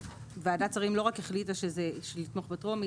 ועדת שרים לא רק החליטה לתמוך בטרומית,